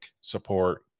support